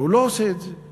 אבל הוא לא עושה את זה.